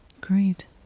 great